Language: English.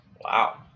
Wow